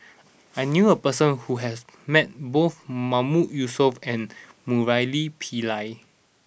I knew a person who has met both Mahmood Yusof and Murali Pillai